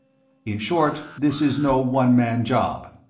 in short, this is no one-man job.